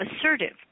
assertive